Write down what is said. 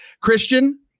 Christian